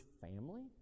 family